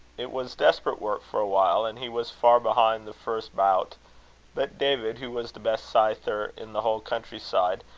it was desperate work for a while, and he was far behind the first bout but david, who was the best scyther in the whole country side,